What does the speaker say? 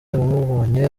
abamubonye